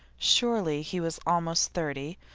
surely he was almost thirty,